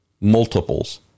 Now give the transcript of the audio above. multiples